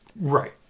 Right